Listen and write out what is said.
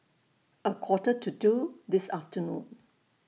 A Quarter to two This afternoon